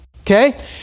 Okay